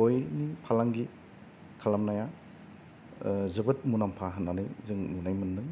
गयनि फालांगि खालामनाया जोबोद मुनाम्फा होननानै जों नुनो मोन्दों